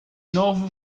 novo